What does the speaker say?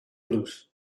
bloes